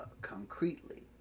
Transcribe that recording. concretely